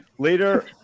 Later